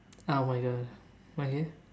oh my god why ah